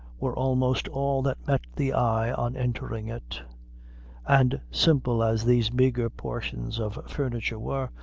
were almost all that met the eye on entering it and simple as these meagre portions of furniture were,